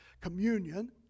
communion